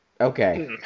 Okay